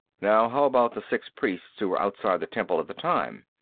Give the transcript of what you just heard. now, how about the six priests who were outside the temple at the time?